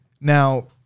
Now